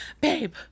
babe